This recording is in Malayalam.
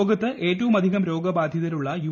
ലോകത്ത് ഏറ്റവുമധികം രോഗബാധിതരുള്ള യു